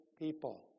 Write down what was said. people